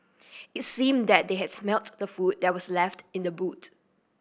it seemed that they had smelt the food that was left in the boot